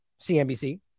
CNBC